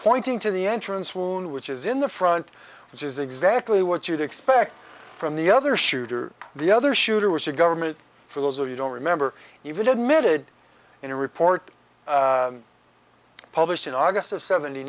pointing to the entrance wound which is in the front which is exactly what you'd expect from the other shooter the other shooter was a government for those of you don't remember even admitted in a report published in august of seventy